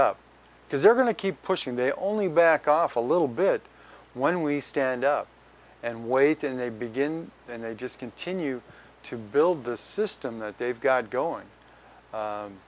up because they're going to keep pushing they only back off a little bit when we stand up and wait and they begin and they just continue to build the system that they've got going